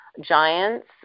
giants